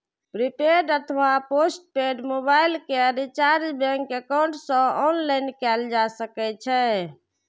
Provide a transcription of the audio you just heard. prepaid अथवा postpaid mobile के recharge bank account सं ऑनलाइन कैल जा सकै छै